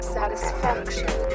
Satisfaction